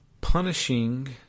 punishing